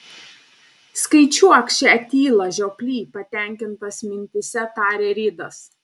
skaičiuok šią tylą žioply patenkintas mintyse tarė ridas